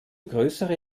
größere